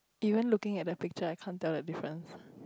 you weren't looking at the picture I can't tell the difference